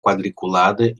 quadriculada